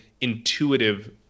intuitive